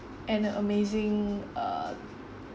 an amazing uh